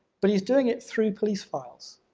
but he's doing it through police files,